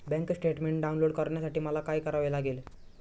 Bank statement download करण्यासाठी मला काय करावे लागेल?